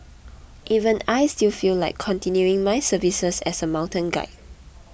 even I still feel like continuing my services as a mountain guide